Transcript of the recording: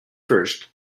first